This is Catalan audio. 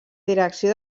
direcció